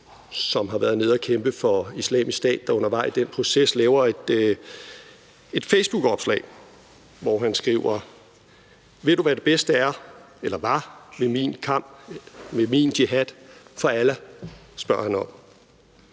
som har været nede at kæmpe for Islamisk Stat, og som undervejs i den proces laver et facebookopslag, hvor han skriver: Ved du, hvad det bedste var ved min kamp, med min jihad, for Allah? Han